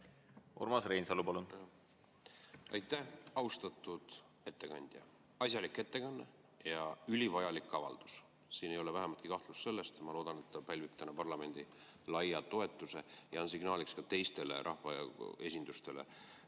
võiks menetleda? Aitäh, austatud ettekandja! Asjalik ettekanne ja ülivajalik avaldus. Siin ei ole vähematki kahtlust selles. Ma loodan, et see pälvib täna parlamendi laia toetuse ja on signaaliks ka teistele rahvaesindustele